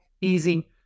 easy